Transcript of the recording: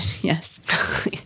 yes